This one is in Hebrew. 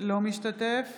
אינו משתתף